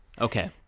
Okay